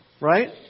Right